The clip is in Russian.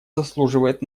заслуживает